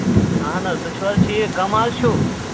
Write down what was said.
اَہن حظ تُہۍ چھِو حظ ٹھیٖک کَم حظ چھِو